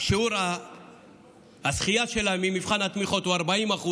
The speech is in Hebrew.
שיעור הזכייה שלה ממבחן התמיכות הוא 40%,